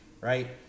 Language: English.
right